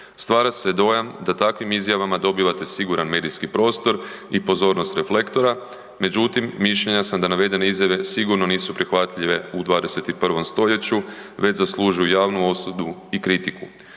Stvara se dojam da takvim izjavama dobivate siguran medijski prostor i pozornost reflektora, međutim mišljenja sam da navedene izjave sigurno nisu prihvatljive u 21. stoljeću već zaslužuju javnu osudu i kritiku.